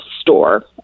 store